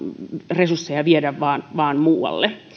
resursseja vain viedä muualle